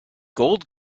gold